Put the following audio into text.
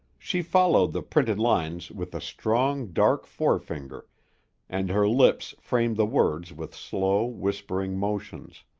she followed the printed lines with strong, dark forefinger and her lips framed the words with slow, whispering motions.